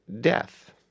death